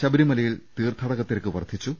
ശബരിമലയിൽ തീർത്ഥാടക തിരക്ക് വർദ്ധിച്ചു